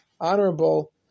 honorable